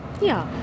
Ja